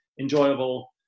enjoyable